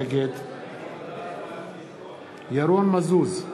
נגד ירון מזוז,